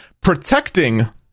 Protecting